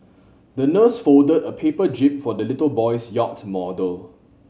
the nurse folded a paper jib for the little boy's yacht model